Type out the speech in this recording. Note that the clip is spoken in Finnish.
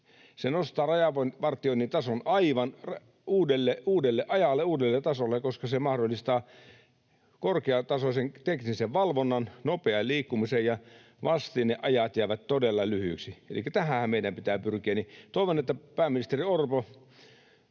Se nostaa rajan vartioinnin tason aivan uudelle ajalle ja uudelle tasolle, koska se mahdollistaa korkeatasoisen teknisen valvonnan ja nopean liikkumisen, ja vastinajat jäävät todella lyhyiksi, elikkä tähänhän meidän pitää pyrkiä.